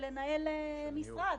של ניהול משרד.